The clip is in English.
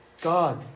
God